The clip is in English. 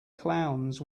clowns